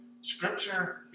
Scripture